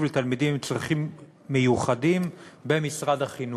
לתלמידים עם צרכים מיוחדים במשרד החינוך.